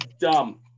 dumb